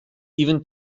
even